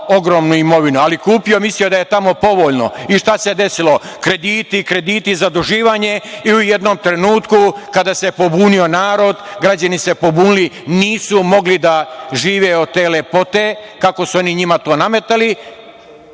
ogromnu imovinu, ali je kupio, mislio da je tamo povoljno. Šta se desilo? Krediti, krediti, zaduživanje i u jednom trenutku, kada se pobunio narod, građani se pobunili, nisu mogli da žive od te lepote kako su oni njima to nametali,